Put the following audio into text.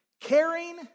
caring